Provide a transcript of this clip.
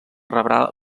rebrà